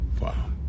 Wow